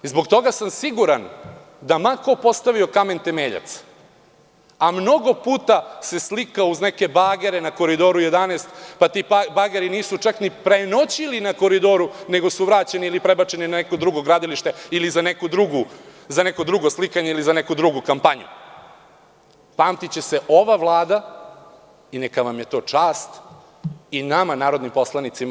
Zbog toga sam siguran da, ma ko postavio kamen temeljac, a mnogo puta se slika uz neke bagere na Koridoru 11, pa ti bageri nisu čak ni prenoćili na Koridoru, nego su vraćeni ili prebačeni na neko drugo gradilište ili za neko drugo slikanje za neku drugu kampanju, pamtiće se ova Vlada i neka vam je to čast i nama narodnim poslanicima.